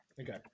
Okay